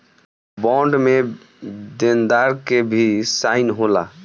bond में देनदार के भी साइन होला